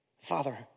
Father